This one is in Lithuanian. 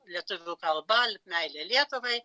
lietuvių kalba meilė lietuvai